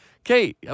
Okay